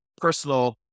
personal